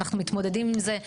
ואנחנו מתמודדים עם זה,